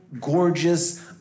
gorgeous